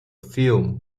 film